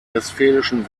westfälischen